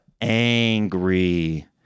angry